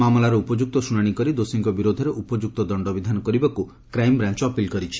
ମାମଲାର ଉପଯୁକ୍ତ ଶୁଶାଶି କରି ଦୋଷୀଙ୍କ ବିରୋଧରେ ଉପଯୁକ୍ତ ଦଶ୍ତବିଧାନ କରିବାକୁ କ୍ରାଇମ୍ବ୍ରାଞ୍ ଅପିଲ୍ କରିଛି